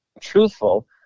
truthful